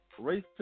Racist